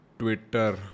Twitter